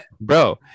bro